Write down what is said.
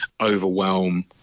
overwhelm